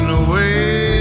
away